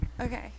okay